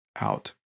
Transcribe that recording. out